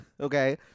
Okay